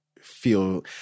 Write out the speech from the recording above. feel